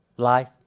life